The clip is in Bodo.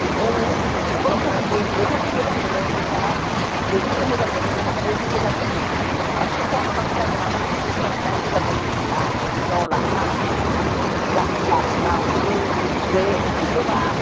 बर'फोरा मैथाखौ मोजां मोनो मैथाया मैथाखौ मोजां मोनो मैथाखौ बयबो बाल बांसिन हौवाफ्रा मोजां मोनाब्लाबो हिनजावफ्रा बिराद मोजां मोनो मैथा बेनि उनाव लाफा लाफानि बै ओंख्रि गोबाब